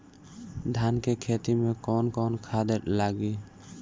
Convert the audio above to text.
धान के खेती में कवन कवन खाद लागी?